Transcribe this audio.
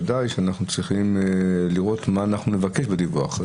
בוודאי שאנחנו צריכים לראות מה אנחנו נבקש בדיווח.